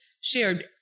shared